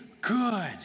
good